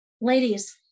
Ladies